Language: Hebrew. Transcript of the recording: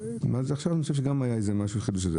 אני חושב שהיה על זה משהו בחדשות.